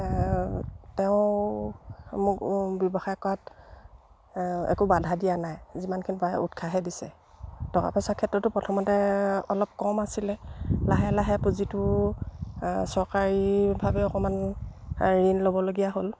তেওঁ মোক ব্যৱসায় কৰাত একো বাধা দিয়া নাই যিমানখিনি পাৰে উৎসাহহে দিছে টকা পইচাৰ ক্ষেত্ৰতো প্ৰথমতে অলপ কম আছিলে লাহে লাহে পুঁজিটো চৰকাৰীভাৱে অকণমান ঋণ ল'বলগীয়া হ'ল